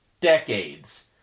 decades